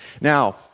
Now